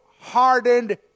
hardened